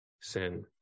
sin